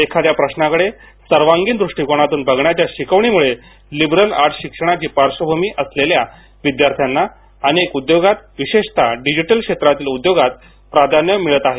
एखाद्या प्रश्नाकडे सर्वांगीण दृष्टिकोनातून बघण्याच्या शिकवणीमुळे लिबरल आर्ट्स शिक्षणाची पार्श्वभूमी असलेल्या विद्यार्थ्यांना अनेक उद्योगांत विशेषतः डिजिटल क्षेत्रातील उद्योगांत प्राधान्य मिळत आहे